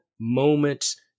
moments